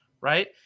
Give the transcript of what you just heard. Right